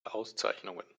auszeichnungen